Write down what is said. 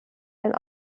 and